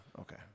Okay